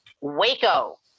Waco